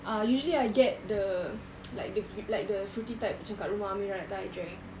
uh usually I get the like the like the fruity type macam kat rumah amira that time I drank